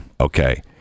Okay